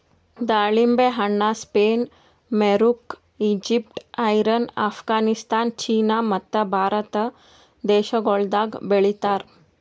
ದಾಳಿಂಬೆ ಹಣ್ಣ Spain, Morocco, Egypt, Iran, Afghanistan, China ಮತ್ತ ಭಾರತ ದೇಶಗೊಳ್ದಾಗ್ ಬೆಳಿತಾರ್